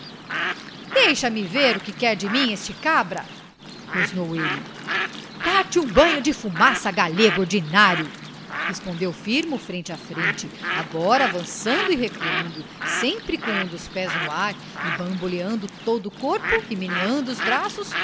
mulato deixa-me ver o que quer de mim este cabra rosnou ele dar-te um banho de fumaça galego ordinário respondeu firmo frente a frente agora avançando e recuando sempre com um dos pés no ar e bamboleando todo o corpo e meneando os braços